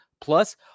Plus